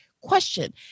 question